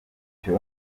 icyo